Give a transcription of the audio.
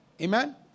Amen